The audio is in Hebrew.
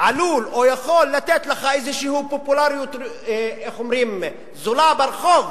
עלול או יכול לתת פופולריות זולה ברחוב